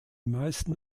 meisten